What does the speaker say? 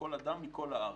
לכל אדם מכל הארץ.